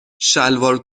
شلوار